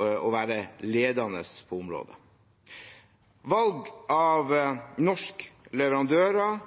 å være ledende på området. Valg av norske leverandører